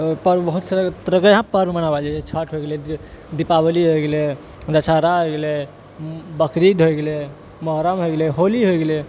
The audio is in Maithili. पर्व बहुत सारे तरहकेँ यहाँ पर्व मनाओल जाइत छै छठ होइ गेलै दीपावली होइ गेलै दशहारा होइ गेलै बकरीद होइ गेलै मुहर्रम होइ गेलै होली होइ गेलै